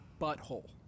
butthole